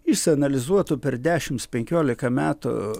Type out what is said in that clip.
išsianalizuotų per dešimts penkiolika metų